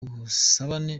ubusabane